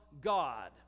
God